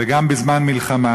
וגם בזמן מלחמה,